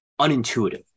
unintuitive